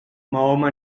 mahoma